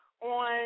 on